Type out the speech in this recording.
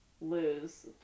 lose